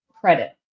credit